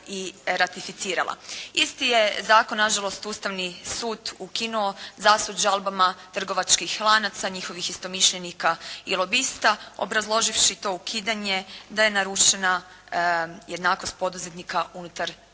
Isti je zakon nažalost Ustavni sud ukinuo zasud žalbama trgovačkih lanaca, njihovih istomišljenika i lobista, obrazloživši to ukidanje da je narušena jednakost poduzetnika unutar sektora trgovine.